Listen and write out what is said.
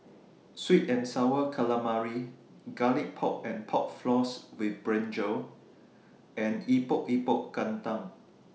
Sweet and Sour Calamari Garlic Pork and Pork Floss with Brinjal and Epok Epok Kentang